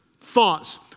thoughts